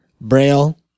Braille